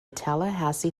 tallahassee